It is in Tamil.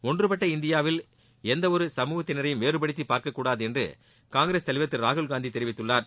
ஒன்றுபட்ட இந்தியாவில் எந்த ஒரு சமூகத்தினரையும் வேறுபடுத்தி பார்க்கக்கூடாது என்று காங்கிரஸ் தலைவர் திரு ராகுல்காந்தி தெரிவித்துள்ளார்